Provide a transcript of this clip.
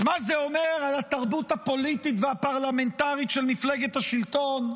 אז מה זה אומר על התרבות הפוליטית והפרלמנטרית של מפלגת השלטון?